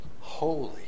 holy